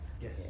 Yes